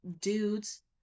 dudes